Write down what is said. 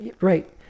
right